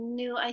new